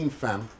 fam